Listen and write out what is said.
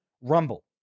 Rumble